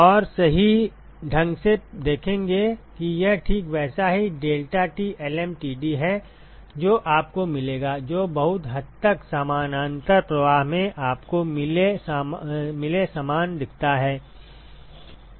और सही ढंग से आप देखेंगे कि यह ठीक वैसा ही deltaT lmtd है जो आपको मिलेगा जो बहुत हद तक समानांतर प्रवाह में आपको मिले समान दिखता है